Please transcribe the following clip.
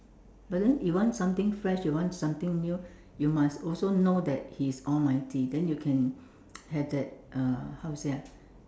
but then you want something fresh you want something new you must also know that he is almighty then you can have that uh how to say ah